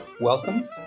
welcome